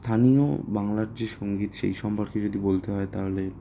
স্থানীয় বাংলার যে সংগীত সেই সম্পর্কে যদি বলতে হয় তাহলে